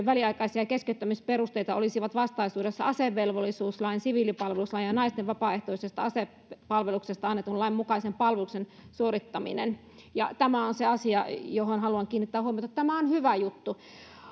väliaikaisia opiskeluoikeuden keskeyttämisperusteita olisivat vastaisuudessa asevelvollisuuslain siviilipalveluslain ja naisten vapaaehtoisesta asepalveluksesta annetun lain mukaisen palveluksen suorittaminen tämä on se asia johon haluan kiinnittää huomiota tämä on hyvä juttu